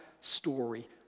story